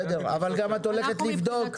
אבל את גם הולכת לבדוק.